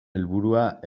helburua